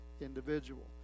individual